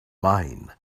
mine